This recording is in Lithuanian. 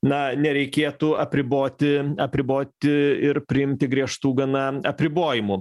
na nereikėtų apriboti apriboti ir priimti griežtų gana apribojimų